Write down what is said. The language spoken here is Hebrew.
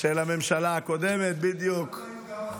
הממשלה הקודמת, על כל הציבור.